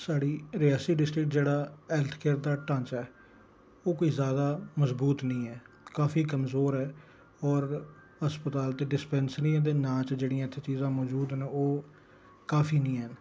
साढी रियासी ड़िस्ट्रिक्ट च जेह्ड़ा हैल्थ केयर दा ढांचा ऐ ओह् कोई जैदा मजबूत नेईं ऐ काफी कमज़ोर ऐ होर अस्पताल ते डिसपैंसरी दे नां च जेह्ड़ियां इत्थै चीजां मजूद न ओह् काफी निं हैन